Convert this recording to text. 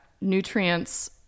nutrients